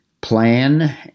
plan